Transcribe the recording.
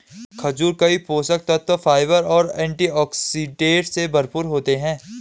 खजूर कई पोषक तत्वों, फाइबर और एंटीऑक्सीडेंट से भरपूर होते हैं